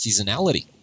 seasonality